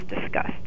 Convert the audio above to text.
discussed